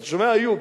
אתה שומע, איוב,